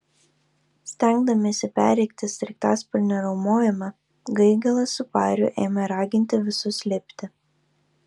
stengdamiesi perrėkti sraigtasparnio riaumojimą gaigalas su pariu ėmė raginti visus lipti